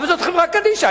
אבל זאת חברה קדישא.